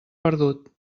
perdut